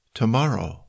tomorrow